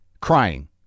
crying